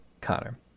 Connor